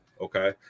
Okay